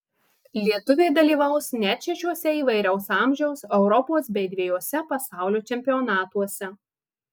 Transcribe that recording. lietuviai dalyvaus net šešiuose įvairaus amžiaus europos bei dvejuose pasaulio čempionatuose